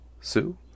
sue